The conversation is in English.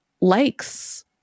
likes